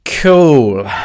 Cool